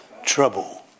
Trouble